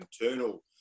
internal